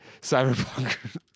Cyberpunk